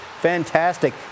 fantastic